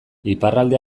iparralde